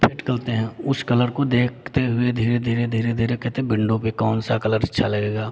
fit करते हैं उस कलर को देखते हुए धीरे धीरे धीरे धीरे कहते विन्डो पे कौन सा कलर अच्छा लगेगा